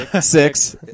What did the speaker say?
Six